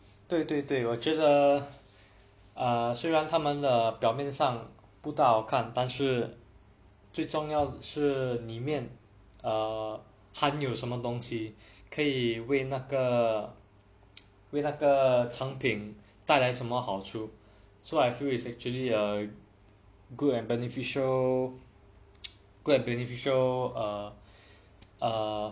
对对对我觉的啊虽然他们了表面上不大好看但是最重要是里面含有有什么东西可以为那个那个产品带来什么好处 so I feel is actually a good and beneficial good and beneficial err err